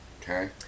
Okay